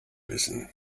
wissen